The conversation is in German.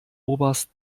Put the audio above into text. oberst